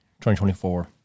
2024